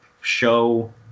show